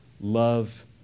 love